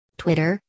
twitter